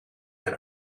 and